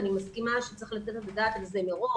אני מסכימה שצריך לתת את הדעת על זה מראש.